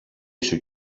σου